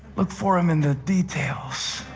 look for him in the details,